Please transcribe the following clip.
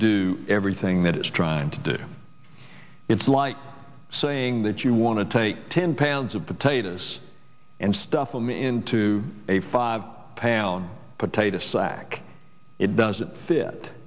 do everything that is trying to do it's like saying that you want to take ten pounds of potatoes and stuff them into a five pound potato sack it doesn't fit